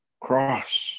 cross